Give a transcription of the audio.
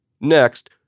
Next